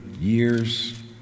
years